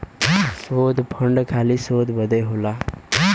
शोध फंड खाली शोध बदे होला